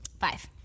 Five